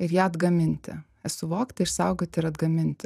ir ją atgaminti suvokti išsaugoti ir atgaminti